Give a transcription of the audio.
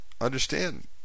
understand